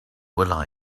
will